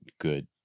good